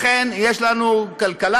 אכן יש לנו כלכלה,